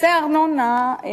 נושא הארנונה,